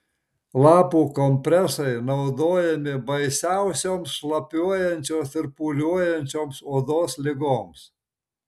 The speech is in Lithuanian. lapų kompresai naudojami baisiausioms šlapiuojančios ir pūliuojančioms odos ligoms